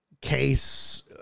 case